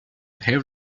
have